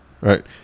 Right